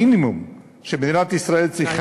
נא